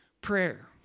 Prayer